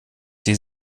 sie